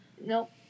Nope